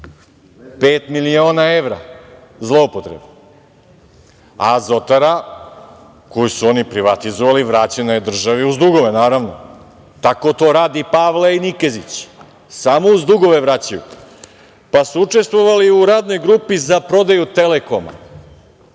miliona evra zloupotrebe, a Azotara, koju su oni privatizovali, vraćena je državi, uz dugove, naravno. Tako to rade Pavle i Nikezić, samo uz dugove vraćaju. Učestvovali su i u radnoj grupi za prodaju Telekoma.